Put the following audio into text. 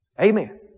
Amen